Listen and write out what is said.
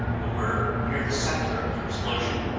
who were near the center of the explosion,